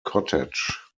cottage